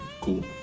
Cool